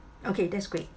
okay that's great